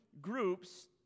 groups